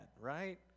right